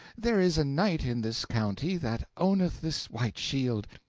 there is a knight in this country that owneth this white shield,